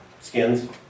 skins